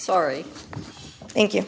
sorry thank you